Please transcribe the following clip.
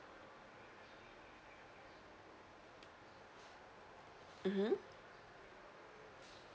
mmhmm